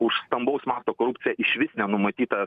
už stambaus masto korupciją išvis nenumatyta